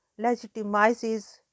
legitimizes